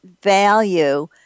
value